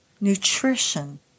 nutrition